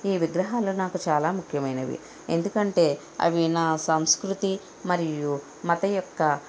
ఈ విగ్రహాలు నాకు చాలా ముఖ్యమైనవి ఎందుకంటే అవి నా సంస్కృతి మరియు మత యొక్క